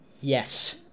Yes